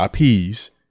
IPs